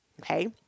okay